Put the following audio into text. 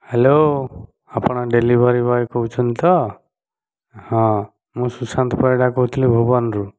hello ଆପଣ delivery boy କହୁଛନ୍ତି ତ ହଁ ମୁଁ ସୁଶାନ୍ତ ପରିଡ଼ା କହୁଥିଲି ଭୁବନରୁ